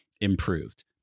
improved